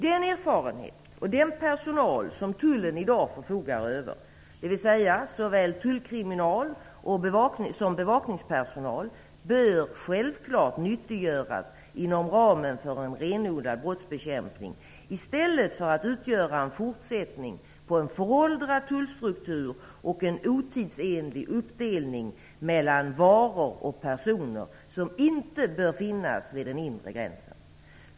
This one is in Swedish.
Den erfarenhet och den personal som tullen i dag förfogar över, dvs. såväl tullkriminal som bevakningspersonal, bör naturligtvis nyttiggöras inom ramen för en renodlad brottsbekämpning i stället för att utgöra en fortsättning på en föråldrad tullstruktur och en otidsenlig uppdelning mellan varor och personer, som inte bör finnas vid den inre gränsen.